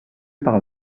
par